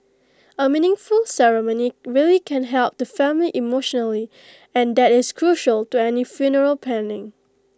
A meaningful ceremony really can help the family emotionally and that is crucial to any funeral planning